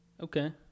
Okay